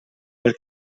pel